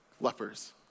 lepers